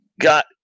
got